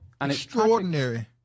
Extraordinary